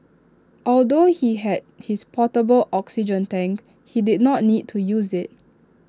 although he had his portable oxygen tank he did not need to use IT